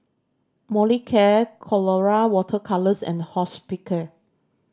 Molicare Colora Water Colours and Hospicare